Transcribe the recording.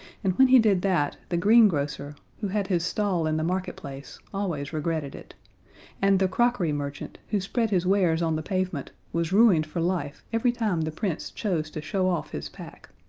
and when he did that, the green-grocer, who had his stall in the marketplace, always regretted it and the crockery merchant, who spread his wares on the pavement, was ruined for life every time the prince chose to show off his pack.